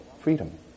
freedom